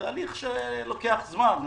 זה הליך שלוקח זמן.